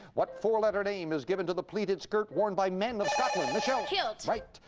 what four-letter name is given to the pleated skirt worn by men of scotland? michelle? kilt. right.